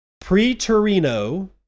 Pre-Torino